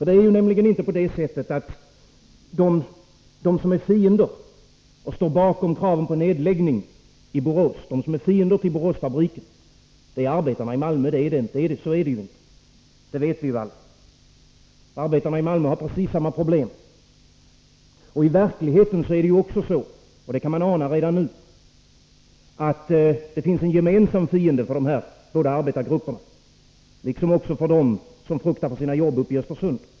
Det är nämligen inte på det sättet att de som står bakom kraven på nedläggning i Borås, de som är fiender till Boråsfabriken, är arbetarna i Malmö. Så är det inte — det vet alla. Arbetarna i Malmö har precis samma problem. I verkligheten finns det en gemensam fiende för dessa båda arbetargrupper — det kan man ana redan nu — liksom för dem som fruktar för sina jobb uppe i Östersund.